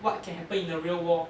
what can happen in the real war